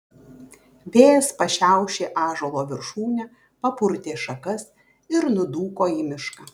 vėjas pašiaušė ąžuolo viršūnę papurtė šakas ir nudūko į mišką